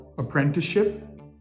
Apprenticeship